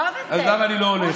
למה אני לא הולך.